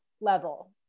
level